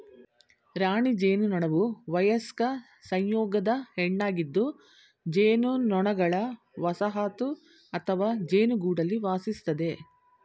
ರಾಣಿ ಜೇನುನೊಣವುವಯಸ್ಕ ಸಂಯೋಗದ ಹೆಣ್ಣಾಗಿದ್ದುಜೇನುನೊಣಗಳವಸಾಹತುಅಥವಾಜೇನುಗೂಡಲ್ಲಿವಾಸಿಸ್ತದೆ